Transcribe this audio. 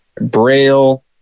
braille